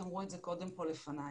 אמרו את זה קודם פה לפניי,